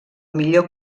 millor